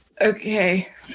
Okay